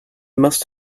must